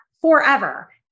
forever